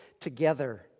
together